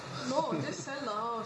no just sell the house